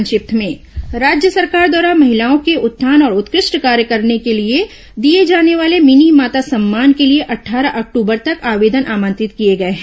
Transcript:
संक्षिप्त समाचार राज्य सरकार द्वारा महिलाओं के उत्थान और उत्कृष्ट कार्य करने के लिए दिए जाने वाले मिनीमाता सम्मान के लिए अट्ठारह अक्टूबर तक आवेदन आमंत्रित किए गए हैं